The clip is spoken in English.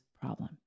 problem